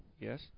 Yes